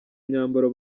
myambaro